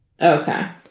Okay